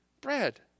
bread